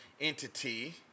entity